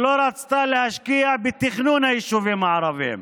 שלא רצתה להשקיע בתכנון היישובים הערביים?